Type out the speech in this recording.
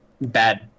bad